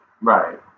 Right